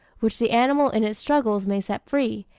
which the animal in its struggles may set free,